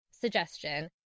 suggestion